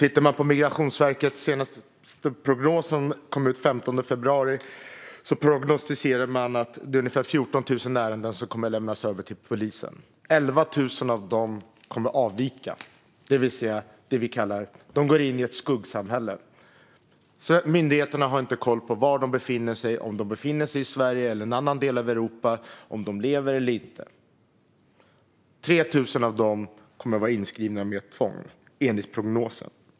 I Migrationsverkets senaste prognos, som kom den 15 februari, prognostiseras att ungefär 14 000 ärenden kommer att lämnas över till polisen. Av dessa kommer 11 000 att avvika och gå in i det vi kallar för ett skuggsamhälle. Myndigheterna har inte koll på var de befinner sig - om det är i Sverige eller i en annan del av Europa - eller om de lever. 3 000 kommer att vara inskrivna med tvång, enligt prognosen.